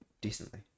decently